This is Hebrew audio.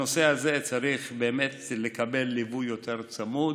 הנושא הזה צריך באמת לקבל ליווי יותר צמוד,